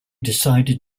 decided